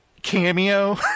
Cameo